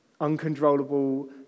uncontrollable